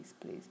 please